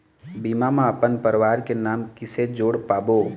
बीमा म अपन परवार के नाम किसे जोड़ पाबो?